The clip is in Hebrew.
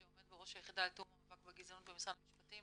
שעומד בראש היחידה לתיאום המאבק בגזענות במשרד המשפטים